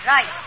Right